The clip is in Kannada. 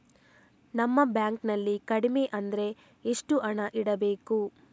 ನಮ್ಮ ಬ್ಯಾಂಕ್ ನಲ್ಲಿ ಕಡಿಮೆ ಅಂದ್ರೆ ಎಷ್ಟು ಹಣ ಇಡಬೇಕು?